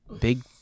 big